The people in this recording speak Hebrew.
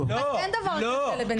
לא,